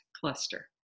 cluster